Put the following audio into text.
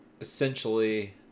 Essentially